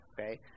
okay